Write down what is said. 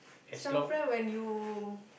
some friend when you